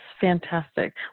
fantastic